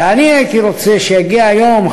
ואני הייתי רוצה שיגיע היום,